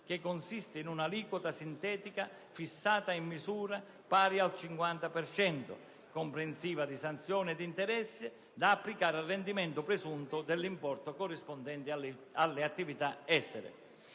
che consiste in un'aliquota sintetica fissata in misura pari al 50 per cento, comprensiva di sanzioni ed interessi, da applicare al rendimento presunto dell'importo corrispondente alle attività estere.